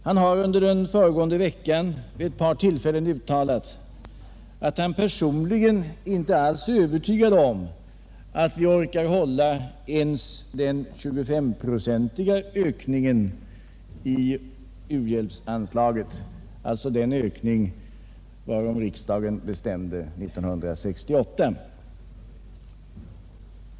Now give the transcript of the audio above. Under förra veckan uttalade han vid ett par tillfällen att han personligen inte alls var övertygad om att vi orkar med ens den 25-procentiga ökningen i u-hjälpsanslaget, alltså den ökning varom riksdagen bestämde 1968.